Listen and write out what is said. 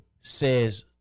says